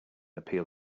appeal